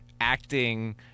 acting